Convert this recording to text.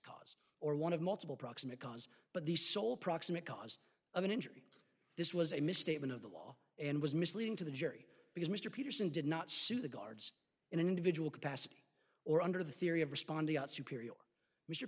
cause or one of multiple proximate cause but the sole proximate cause of an injury this was a misstatement of the law and was misleading to the jury because mr peterson did not suit the guards in an individual capacity or under the theory of responding superior mr